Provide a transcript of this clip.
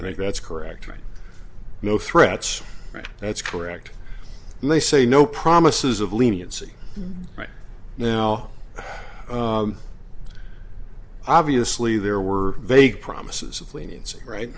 i think that's correct right no threats right that's correct and they say no promises of leniency right now obviously there were vague promises of leniency right